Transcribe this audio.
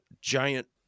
giant